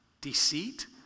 deceit